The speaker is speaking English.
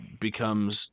becomes